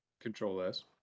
Control-S